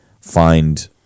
find